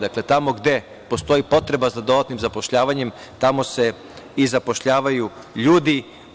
Dakle, tamo gde postoji potreba za dodatnim zapošljavanjem, tamo se i zapošljavaju ljudi.